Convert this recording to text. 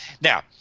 Now